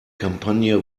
kampagne